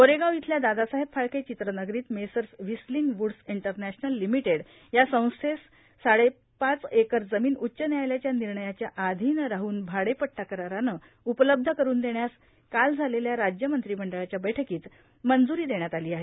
गोरेगाव इथल्या दादासाहेब फाळके चित्रनगरीत Messrs Whistling Woods International Limited या संस्थेस साडेपाच एकर जमीन उच्च न्यायालयाच्या निर्णयाच्या अधीन राहून भाडेपड्ञा करारानं उपलब्ध करुन देण्यास काल झालेल्या राज्य मंत्रिमंडळाच्या बैठकीत मंजुरी देण्यात आली आहे